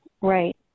Right